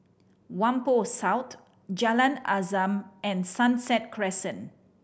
Whampoa South Jalan Azam and Sunset Crescent